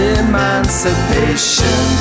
emancipation